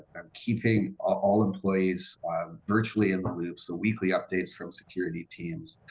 um keeping all employees virtually in the loop. so weekly updates from security teams.